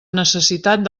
necessitat